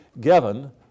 given